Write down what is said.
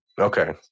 Okay